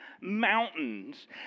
mountains